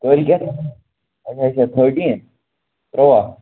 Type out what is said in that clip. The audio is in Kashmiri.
کٲلۍکٮ۪تھ ہا اَچھا اَچھا تھٲرٹیٖن تُرٛواہ